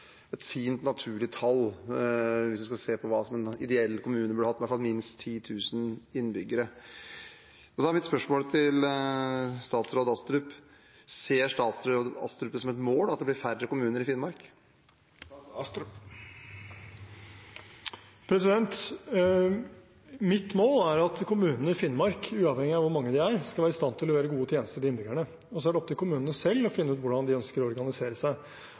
ideell kommune burde hatt – minst 10 000 innbyggere. Mitt spørsmål til statsråd Astrup er: Ser statsråd Astrup det som et mål at det blir færre kommuner i Finnmark? Mitt mål er at kommunene i Finnmark, uavhengig av hvor mange de er, skal være i stand til å levere gode tjenester til innbyggerne, og så er det opp til kommunene selv å finne ut hvordan de ønsker å organisere seg.